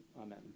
Amen